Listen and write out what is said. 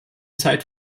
zeit